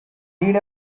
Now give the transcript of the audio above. lead